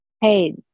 hey